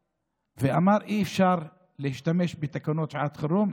ואמר: אי-אפשר להשתמש בתקנות שעת חירום,